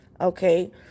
okay